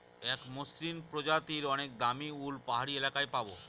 এক মসৃন প্রজাতির অনেক দামী উল পাহাড়ি এলাকায় পাবো